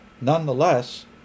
Nonetheless